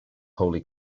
holy